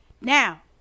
now